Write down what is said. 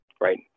right